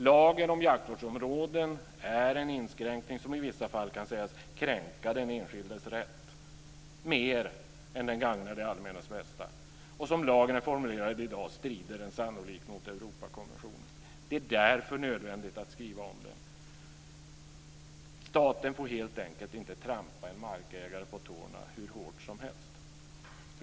Lagen om jaktvårdsområden är en inskränkning som i vissa fall kan sägas kränka den enskildes rätt mer än den gagnar det allmännas bästa. Och som lagen är formulerad i dag strider den sannolikt mot Europakonventionen. Det är därför nödvändigt att skriva om den. Staten får helt enkelt inte trampa en markägare på tårna hur hårt som helst.